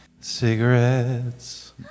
Cigarettes